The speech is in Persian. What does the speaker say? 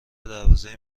دروازه